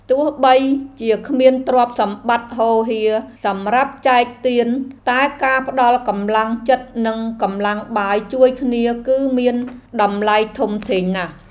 ទោះបីជាគ្មានទ្រព្យសម្បត្តិហូរហៀរសម្រាប់ចែកទានតែការផ្តល់កម្លាំងចិត្តនិងកម្លាំងបាយជួយគ្នាគឺមានតម្លៃធំធេងណាស់។